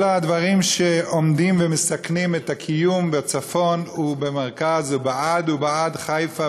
וכל הדברים שעומדים ומסכנים את הקיום בצפון ובמרכז ו"בעד בעד חיפה",